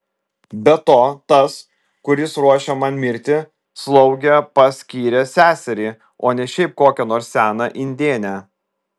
be to tas kuris ruošia man mirtį slauge paskyrė seserį o ne šiaip kokią nors seną indėnę